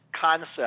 concept